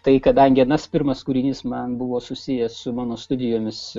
tai kadangi anas pirmas kūrinys man buvo susijęs su mano studijomis